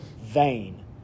vain